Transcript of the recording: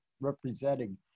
representing